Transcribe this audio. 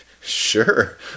Sure